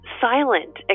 silent